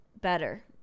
better